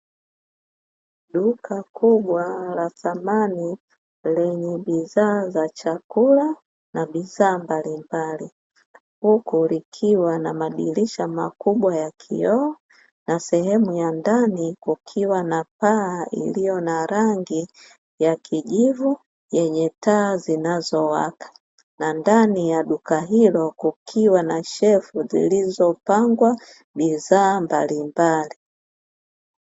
Duka kubwa la samani lenye bidhaa za chakula na bidhaa mbalimbali, huku likiwa na madirisha makubwa ya kioo na sehemu ya ndani kukiwa na paa iliyo na rangi ya kijivu na taa zinazowaka na ndani ya duka hilo kukiwa na shelfu zilizopangwa bidhaa mbalimbali.